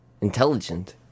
Intelligent